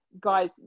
guys